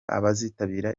abazitabira